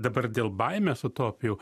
dabar dėl baimės utopijų